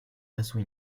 façon